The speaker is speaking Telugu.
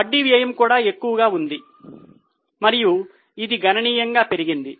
వడ్డీ వ్యయం కూడా ఎక్కువగా ఉంది మరియు ఇది గణనీయంగా పెరిగింది